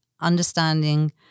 understanding